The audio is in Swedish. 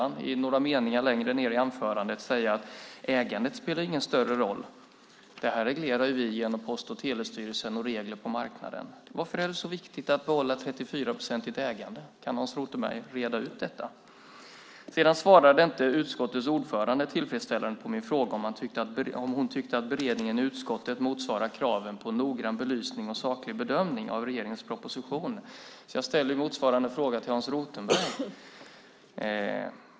Några meningar längre fram i anförandet säger han att ägandet inte spelar någon större roll; det här reglerar vi genom Post och telestyrelsen och regler på marknaden. Varför är det så viktigt att behålla ett 34-procentigt ägande? Kan Hans Rothenberg reda ut detta? Utskottets ordförande svarade inte tillfredsställande på min fråga om hon tyckte att beredningen i utskottet motsvarar kraven på noggrann belysning och saklig bedömning av regeringens proposition. Jag ställer motsvarande fråga till Hans Rothenberg.